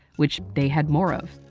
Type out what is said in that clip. which they had more of.